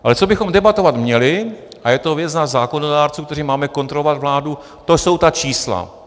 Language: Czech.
Ale co bychom debatovat měli, a je to věc nás zákonodárců, kteří máme kontrolovat vládu, to jsou ta čísla.